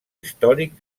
històric